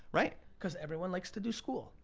right? cause everyone likes to do school.